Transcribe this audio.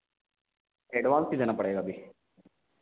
advance क्यों देना पड़ेगा अभी